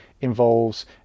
involves